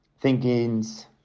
thinkings